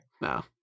No